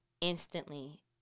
instantly